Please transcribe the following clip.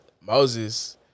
Moses